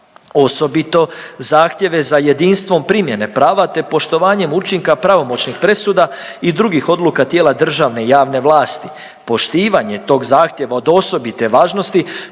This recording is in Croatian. osobito zahtjeve za jedinstvom primjene prava te poštovanjem učinka pravomoćnih presuda i drugih odluka tijela državne i javne vlasti. Poštivanje tog zahtijeva od osobite je važnosti